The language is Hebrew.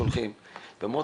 הם שולחים פנייה.